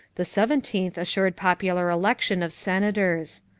the seventeenth assured popular election of senators.